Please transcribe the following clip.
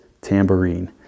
tambourine